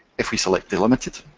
if we select delimited,